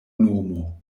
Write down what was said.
nomo